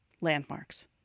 landmarks